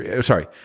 sorry